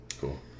Cool